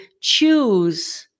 choose